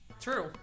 True